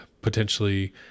potentially